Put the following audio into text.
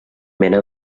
mena